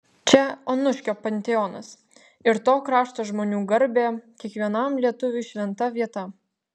čia onuškio panteonas ir to krašto žmonių garbė kiekvienam lietuviui šventa vieta